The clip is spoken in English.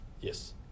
Yes